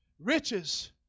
Riches